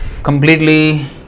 completely